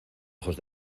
ojos